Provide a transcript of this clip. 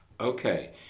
okay